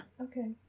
Okay